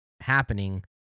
happening